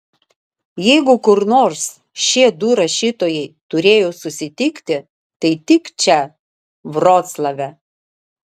jeigu kur nors šie du rašytojai turėjo susitikti tai tik čia vroclave